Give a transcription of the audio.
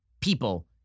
people